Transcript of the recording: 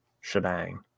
shebang